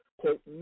quote